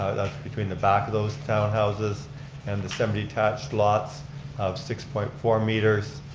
that's between the back of those townhouses and the seven detached lots of six point four meters,